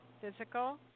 physical